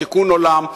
תיקון עולם,